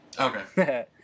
Okay